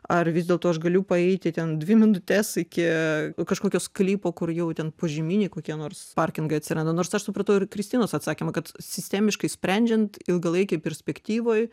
ar vis dėlto aš galiu paeiti ten dvi minutes iki kažkokio sklypo kur jau ten požeminiai kokie nors parkingai atsiranda nors aš supratau ir kristinos atsakymą kad sistemiškai sprendžiant ilgalaikėj perspektyvoj